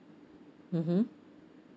mmhmm